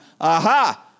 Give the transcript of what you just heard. aha